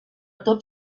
tot